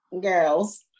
girls